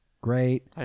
Great